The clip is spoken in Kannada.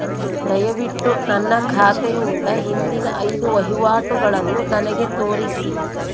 ದಯವಿಟ್ಟು ನನ್ನ ಖಾತೆಯಿಂದ ಹಿಂದಿನ ಐದು ವಹಿವಾಟುಗಳನ್ನು ನನಗೆ ತೋರಿಸಿ